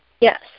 Yes